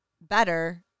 better